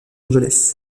angeles